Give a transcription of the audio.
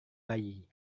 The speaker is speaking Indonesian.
bayi